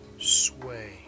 sway